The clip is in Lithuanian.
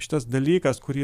šitas dalykas kurį